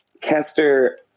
Kester